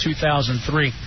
2003